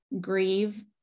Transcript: grieve